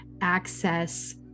access